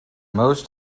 most